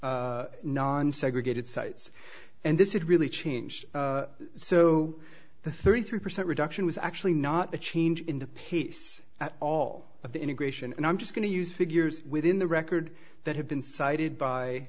non segregated sites and this is really changed so the thirty three percent reduction was actually not a change in the pace at all but the integration and i'm just going to use figures within the record that have been cited by